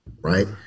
right